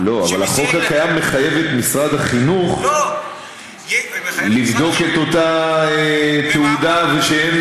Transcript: אבל החוק מחייב את משרד החינוך לבדוק את אותה תעודה ושאין